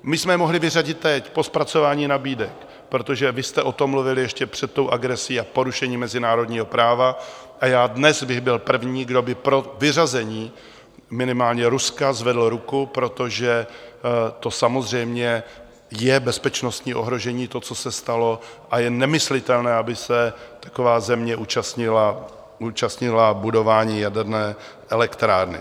My jsme je mohli vyřadit teď, po zpracování nabídek, protože vy jste o tom mluvili ještě před tou agresí a porušením mezinárodního práva, a já bych dnes byl první, kdo by pro vyřazení minimálně Ruska zvedl ruku, protože to samozřejmě je bezpečnostní ohrožení, to, co se stalo, a je nemyslitelné, aby se taková země účastnila budování jaderné elektrárny.